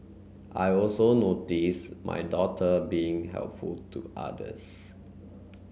I also notice my daughter being helpful to others